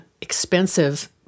expensive